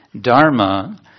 dharma